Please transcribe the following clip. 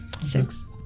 Six